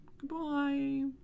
Goodbye